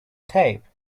tape